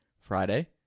Friday